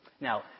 Now